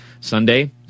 Sunday